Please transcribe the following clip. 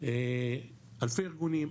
אלפי ארגונים,